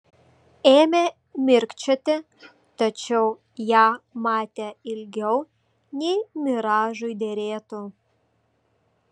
ėmė mirkčioti tačiau ją matė ilgiau nei miražui derėtų